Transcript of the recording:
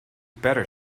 better